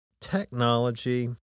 technology